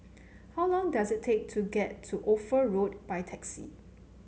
how long does it take to get to Ophir Road by taxi